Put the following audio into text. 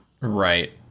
Right